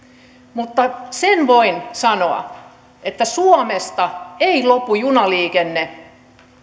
mutta sen voin sanoa että suomesta ei lopu junaliikenne